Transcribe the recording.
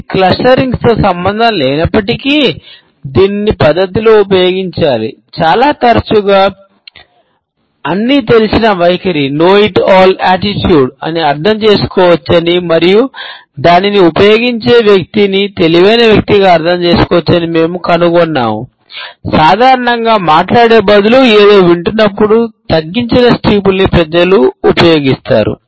ఇది క్లస్టరింగ్లతో ప్రజలు ఉపయోగిస్తారు